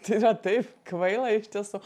tai yra taip kvaila iš tiesų